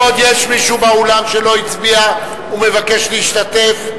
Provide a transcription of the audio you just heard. יש עוד מישהו באולם שלא הצביע ומבקש להשתתף?